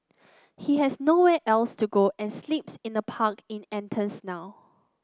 he has nowhere else to go and sleeps in a park in Athens now